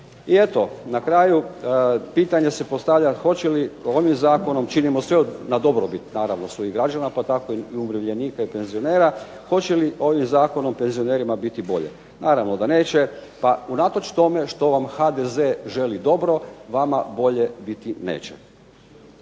I eto, na kraju pitanje se postavlja hoće li ovim zakonom činimo sve na dobrobit naravno svojih građana, pa tako i umirovljenika i penzionera. Hoće li ovim Zakonom penzionerima biti bolje? Naravno da neće, pa unatoč tome što vam HDZ želi dobro vama bolje biti neće.